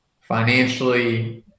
financially